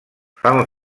fan